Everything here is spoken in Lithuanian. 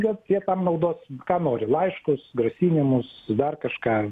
jie tie tam panaudos ką nori laiškus grasinimus dar kažką